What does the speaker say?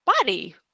body